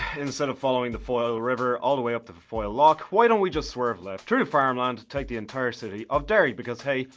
instead of following the foyle river all the way up to the foyle lock, why don't we just swerve left through the farmland to take the entire city of derry because hey.